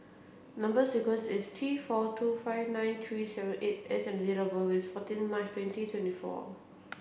number sequence is T four two five nine three seven eight S and date of birth is fourteen March twenty twenty four